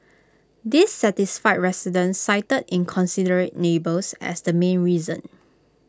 dissatisfied residents cited inconsiderate neighbours as the main reason